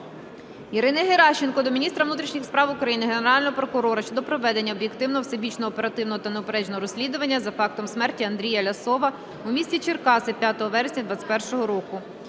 Ірини Геращенко до міністра внутрішніх справ України, Генерального прокурора щодо проведення об'єктивного, всебічного, оперативного та неупередженого розслідування за фактом смерті Андрія Лясова у місті Черкаси 5 вересня 2021 року.